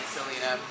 Selena